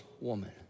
woman